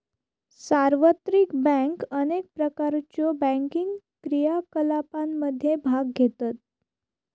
सार्वत्रिक बँक अनेक प्रकारच्यो बँकिंग क्रियाकलापांमध्ये भाग घेतत